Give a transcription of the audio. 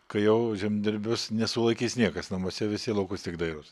kai jau žemdirbius nesulaikys niekas namuose visi į laukus tik dairos